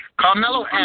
Carmelo